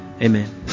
amen